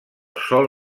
sol